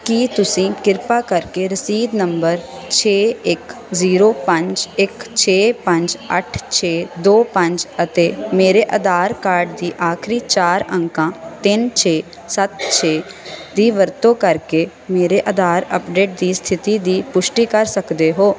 ਕੀ ਤੁਸੀਂ ਕਿਰਪਾ ਕਰਕੇ ਰਸੀਦ ਨੰਬਰ ਛੇ ਇੱਕ ਜ਼ੀਰੋ ਪੰਜ ਇੱਕ ਛੇ ਪੰਜ ਅੱਠ ਛੇ ਦੋ ਪੰਜ ਅਤੇ ਮੇਰੇ ਆਧਾਰ ਕਾਰਡ ਦੇ ਆਖਰੀ ਚਾਰ ਅੰਕਾਂ ਤਿੰਨ ਛੇ ਸੱਤ ਛੇ ਦੀ ਵਰਤੋਂ ਕਰਕੇ ਮੇਰੇ ਆਧਾਰ ਅੱਪਡੇਟ ਦੀ ਸਥਿਤੀ ਦੀ ਪੁਸ਼ਟੀ ਕਰ ਸਕਦੇ ਹੋ